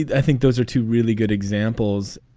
i think those are two really good examples.